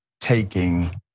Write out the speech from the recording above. taking